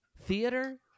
theater